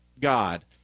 God